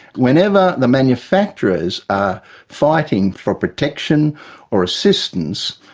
whenever the manufacturers are fighting for protection or assistance,